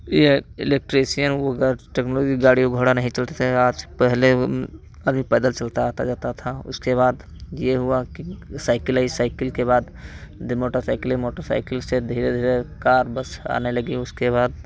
यह इलेक्ट्रीशियन वह गर टेक्नोलॉजी गाड़ी घोड़ा नहीं चलती थी आज पहले वह अभी पैदल चलता आता जाता था उसके बाद यह हुआ कि साइकिल आई साइकिल के बाद जब मोटरसाइकिल आई मोटरसाइकिल से धीरे धीरे कार बस आने लगी उसके बाद